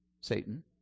Satan